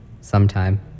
sometime